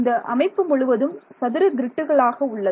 இந்த அமைப்பு முழுவதும் சதுர கிரிட்டுகளாக உள்ளது